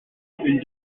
une